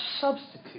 substitute